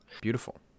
beautiful